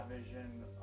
vision